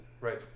Right